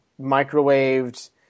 microwaved –